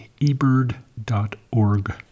eBird.org